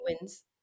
wins